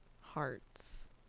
hearts